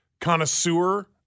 connoisseur